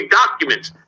documents